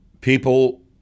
people